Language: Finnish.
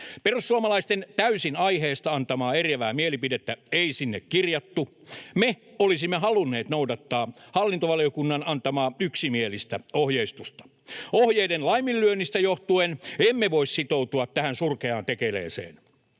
Perussuomalaisten täysin aiheesta antamaa eriävää mielipidettä ei sinne kirjattu. Me olisimme halunneet noudattaa hallintovaliokunnan antamaa yksimielistä ohjeistusta. Ohjeiden laiminlyönnistä johtuen emme voi sitoutua tähän surkeaan tekeleeseen.